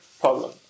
problem